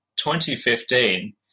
2015